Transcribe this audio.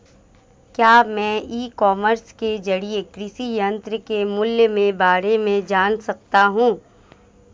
क्या मैं e commerce के ज़रिए कृषि यंत्र के मूल्य में बारे में जान सकता हूँ?